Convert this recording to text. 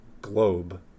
Globe